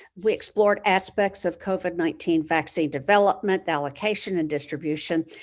we explored aspects of covid nineteen vaccine development, allocation, and distribution.